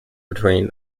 between